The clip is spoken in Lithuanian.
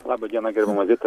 laba diena gerbiama zita